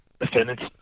defendants